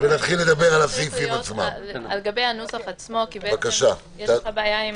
במצב של עכשיו אבל הגיעו